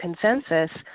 consensus